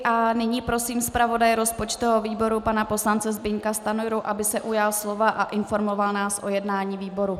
A nyní prosím zpravodaje rozpočtového výboru pana poslance Zbyňka Stanjuru, aby se ujal slova a informoval nás o jednání výboru.